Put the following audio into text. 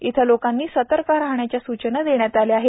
इथं लोकांनी सतर्क राहण्याच्या सूचना देण्यात आल्या आहेत